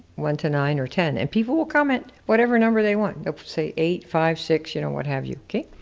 one to nine or ten and people will comment whatever number they want, of say, eight, five, six, you know, what have you, okay?